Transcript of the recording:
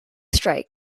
strike